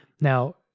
Now